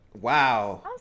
wow